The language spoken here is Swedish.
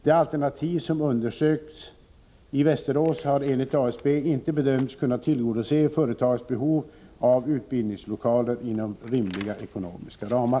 De alternativ som undersökts i Västerås har enligt ASB inte bedömts kunna tillgodose företagets behov av utbildningslokaler inom rimliga ekonomiska ramar.